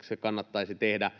se kannattaisi tehdä